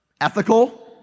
ethical